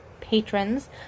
patrons